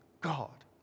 God